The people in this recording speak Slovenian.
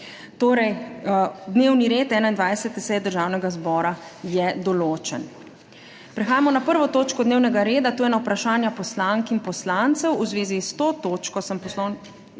povejte. Dnevni red 21. seje Državnega zbora je določen. Prehajamo na 1. točko dnevnega reda, to je na Vprašanja poslank in poslancev. V zvezi s to točko sem ...